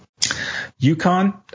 UConn